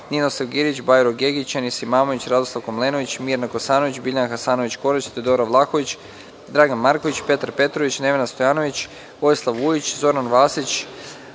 Ninoslav Girić, Bajro Gegić, Enis Imamović, Radoslav Komlenović, Mirna Kosanović, Biljana Hasanović Korać, Teodora Vlahović, Dragan Marković, Petar Petrović, Nevena Stojanović, Vojislav Vujić, Zoran Vasić,